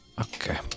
Okay